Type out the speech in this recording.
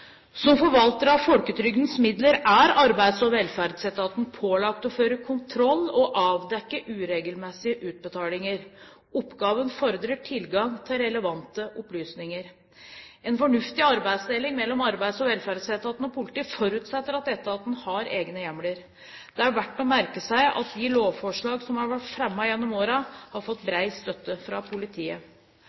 Som forvalter av folketrygdens midler er Arbeids- og velferdsetaten pålagt å føre kontroll og avdekke urettmessige utbetalinger. Oppgaven fordrer tilgang til relevante opplysninger. En fornuftig arbeidsdeling mellom Arbeids- og velferdsetaten og politiet forutsetter at etaten har egne hjemler. Det er verdt å merke seg at de lovforslag som har vært fremmet gjennom årene, har fått bred støtte fra politiet.